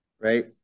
Right